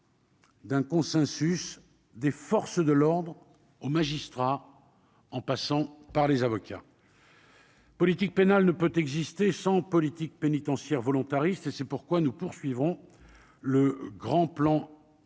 D'un consensus des forces de l'ordre aux magistrat en passant par les avocats. Politique pénale ne peut exister sans politique pénitentiaire volontariste et c'est pourquoi nous poursuivons le grand plan immobilier